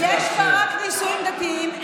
יש בה רק נישואים דתיים,